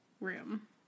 room